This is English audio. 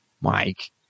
Mike